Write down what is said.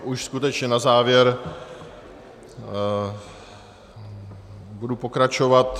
Už skutečně na závěr budu pokračovat.